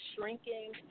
shrinking